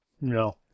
No